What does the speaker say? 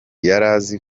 yarazi